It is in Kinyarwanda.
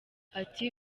ati